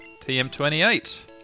TM28